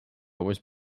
was